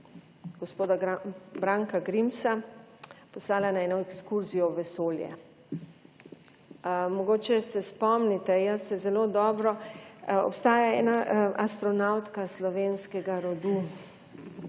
gospoda Branka Grimsa poslala na eno ekskurzijo v vesolje. Mogoče se spomnite, jaz se zelo dobro, obstaja ena astronavtka slovenskega rodu,